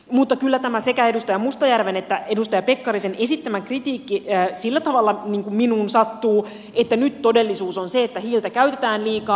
mutta kyllä tämä sekä edustaja mustajärven että edustaja pekkarisen esittämä kritiikki sillä tavalla minuun sattuu että nyt todellisuus on se että hiiltä käytetään liikaa